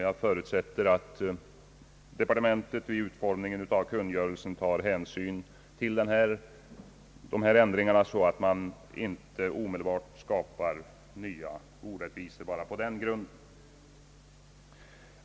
Jag förutsätter att departementet vid utformningen av kungörelsen tar hänsyn till dessa ändringar, så att man inte omedelbart skapar nya orättvisor på den grunden.